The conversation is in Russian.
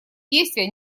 действия